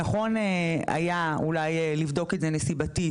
נכון היה אולי לבדוק את זה נסיבתית,